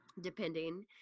depending